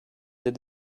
did